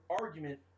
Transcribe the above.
argument